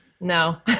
No